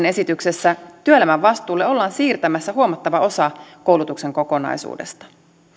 esityksessä työelämän vastuulle ollaan siirtämässä huomattava osa koulutuksen kokonaisuudesta